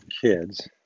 kids